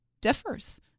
differs